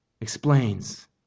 explains